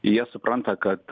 jie supranta kad